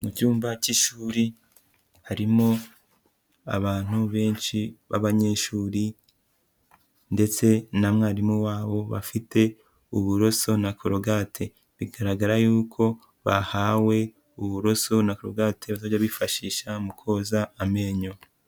Mu cyumba cy'ishuri harimo abantu benshi b'abanyeshuri ndetse na mwarimu wabo bafite uburoso na korogate. Bigaragara yuko bahawe uburoso na korogate bazajya bifashisha mu koza amenyo.